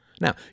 Now